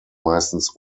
meistens